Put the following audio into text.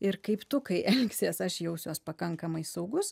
ir kaip tu kai elgsies aš jausiuos pakankamai saugus